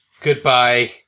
goodbye